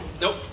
nope